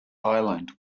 island